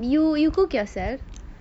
you you cook yourself